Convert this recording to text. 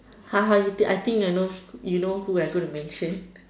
ha ha you think I think you knows you know who we are going to mention